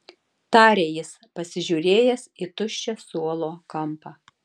tarė jis pasižiūrėjęs į tuščią suolo kampą